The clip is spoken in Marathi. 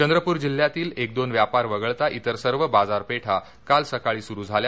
चंद्रपूर जिल्ह्यातील एक दोन व्यापार वगळता इतर सर्व बाजारपेठा काल सकाळी सुरू झाल्या